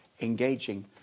engaging